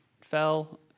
fell